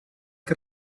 que